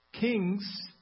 Kings